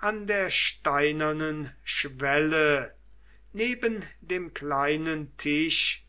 an der steinernen schwelle neben dem kleinen tisch